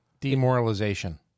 Demoralization